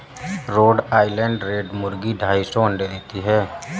road Island Red मुर्गी ढाई सौ अंडे देती है